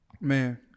Man